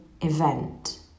event